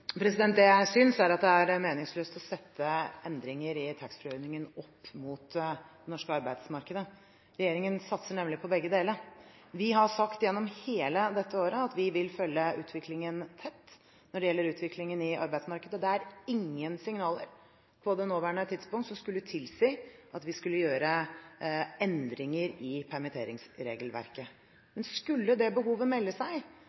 Det jeg synes, er at det er meningsløst å sette endringer i taxfree-ordningen opp mot det norske arbeidsmarkedet. Regjeringen satser nemlig på begge deler. Vi har sagt gjennom hele dette året at vi vil følge utviklingen i arbeidsmarkedet tett. Det er ingen signaler på det nåværende tidspunkt som skulle tilsi at vi skulle gjøre endringer i permitteringsregelverket. Men skulle det behovet melde seg